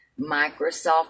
Microsoft